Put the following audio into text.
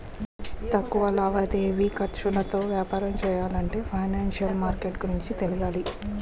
తక్కువ లావాదేవీ ఖర్చులతో వ్యాపారం చెయ్యాలంటే ఫైనాన్సిషియల్ మార్కెట్ గురించి తెలియాలి